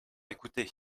écouté